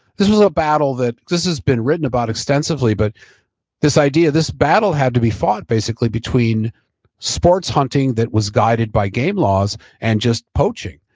this was a battle that this has been written about extensively but this idea, this battle had to be fought basically between sports hunting that was guided by game laws and just poaching,